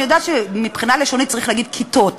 אני יודעת שמבחינה לשונית צריך להגיד כִּתות,